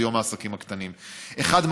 ביום העסקים הקטנים: אחד,